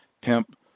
Pimp